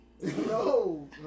No